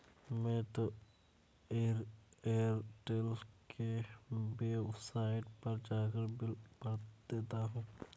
मैं तो एयरटेल के वेबसाइट पर जाकर बिल भर देता हूं